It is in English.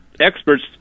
experts